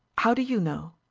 how do you know?